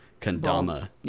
Kandama